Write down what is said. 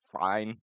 Fine